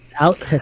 Out